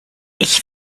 ich